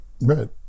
Right